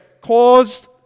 caused